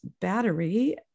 battery